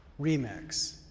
remix